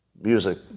music